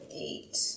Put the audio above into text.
eight